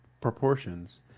proportions